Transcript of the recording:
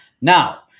Now